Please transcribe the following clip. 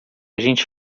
gente